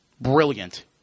brilliant